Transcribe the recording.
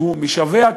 שמשווע,